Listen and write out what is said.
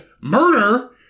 murder